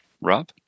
Rob